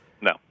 No